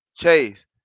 Chase